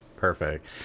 Perfect